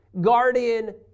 guardian